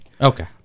Okay